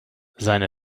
seine